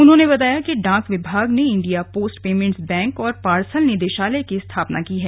उन्होंने बताया कि डाक विभाग ने इंडिया पोस्ट पेमेंट्स बैंक और पार्सल निदेशालय की स्थापना की है